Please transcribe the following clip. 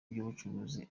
by’ubucuruzi